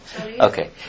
Okay